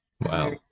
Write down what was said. Wow